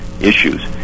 issues